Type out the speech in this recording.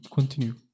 Continue